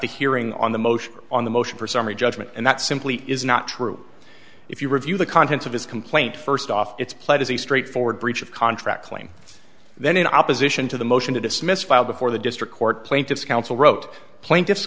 the hearing on the motion on the motion for summary judgment and that simply is not true if you review the contents of his complaint first off it's played as a straightforward breach of contract claim then in opposition to the motion to dismiss file before the district court plaintiff's counsel wrote plaintiff